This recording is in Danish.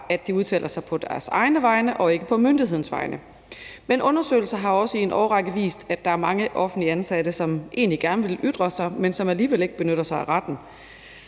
at de udtaler sig på deres egne vegne og ikke på myndighedens vegne. Men undersøgelser har også i en årrække vist, at der er mange offentligt ansatte, som egentlig gerne ville ytre sig, men som alligevel ikke benytter sig af retten.